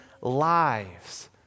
lives